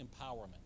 empowerment